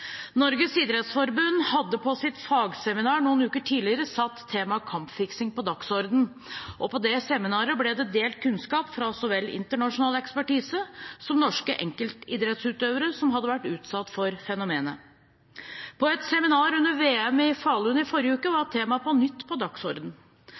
Norges idrettsforbund hadde på sitt fagseminar noen uker tidligere satt temaet kampfiksing på dagsordenen, og på det seminaret ble det delt kunnskap fra så vel internasjonal ekspertise som norske enkeltidrettsutøvere som hadde vært utsatt for fenomenet. På et seminar under VM i Falun i forrige uke var temaet på nytt på dagsordenen.